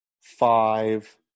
five